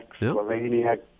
Slovenia